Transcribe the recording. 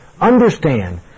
understand